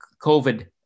COVID